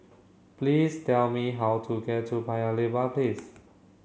please tell me how to get to Paya Lebar Place